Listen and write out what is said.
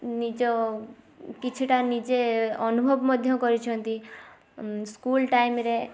ନିଜ କିଛିଟା ନିଜେ ଅନୁଭବ ମଧ୍ୟ କରିଛନ୍ତି ସ୍କୁଲ୍ ଟାଇମ୍ରେ